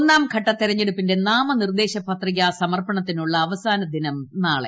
ഒന്നാംഘട്ട തെരഞ്ഞെടുപ്പിന്റെ നാമ നിർദ്ദേശ പത്രിക സമർപ്പണത്തിനുള്ള അവസാന ദിനം നാളെ